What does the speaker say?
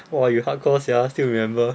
!wah! you hardcore sia still remember